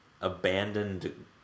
abandoned